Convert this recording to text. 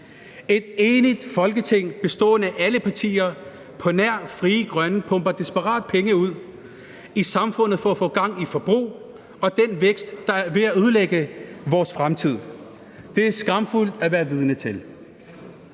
Et enigt Folketing bestående af alle partier på nær Frie Grønne, pumper desperat penge ud i samfundet for at få gang i et forbrug og den vækst, der er ved at ødelægge vores fremtid. Det er skamfuldt at være vidne til.